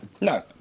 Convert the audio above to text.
no